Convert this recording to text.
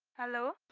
hello!